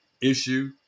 issue